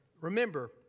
remember